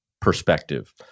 perspective